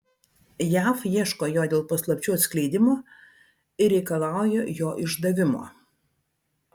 jav ieško jo dėl paslapčių atskleidimo ir reikalauja jo išdavimo